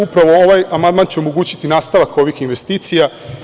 Upravo ovaj amandman će omogućiti nastavak investicija.